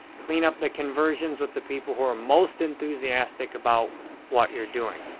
clean up the conversions with the people who are most enthusiastic about what you're doing.